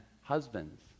husbands